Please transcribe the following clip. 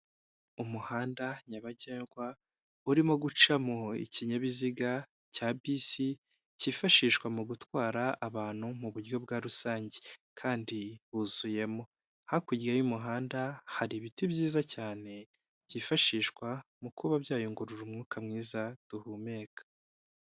Umuhanda nyabagendwa, urimo gucamo ikinyabiziga cya bisi, cyifashishwa mu gutwara abantu mu buryo bwa rusange, kandi buzuyemo. Hakurya y'umuhanda hari ibiti byiza cyane, byifashishwa mu kuba byayungurura umwuka mwiza duhumeka.